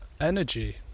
energy